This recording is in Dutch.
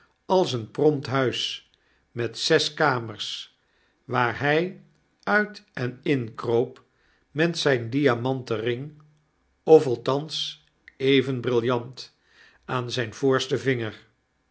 als een prompt huis met zes kamers waar hy uit en inkroop met een diamanten ring of althans even brillant aan zyn voorsten vinger